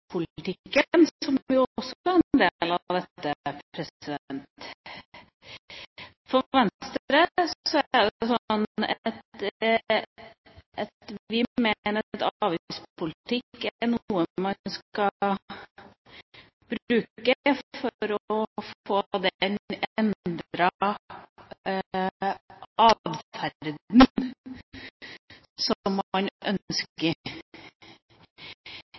som jo også er en del av dette. Venstre mener at avgiftspolitikk er noe man skal bruke for å få den endrede adferden som man